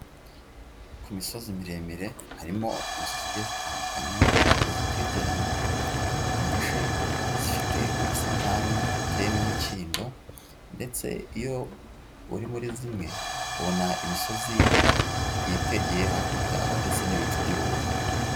Ku misozi miremire harimo inzu zigiye zitandukanye ariko zitegeranye, inyinshi zifite ubusitani buteyemo imikindo ndetse iyo uri muri zimwe, ubona imisozi yitegeye hakurya yaho ndetse n'ibicu by'ubururu.